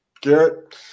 Garrett